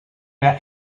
era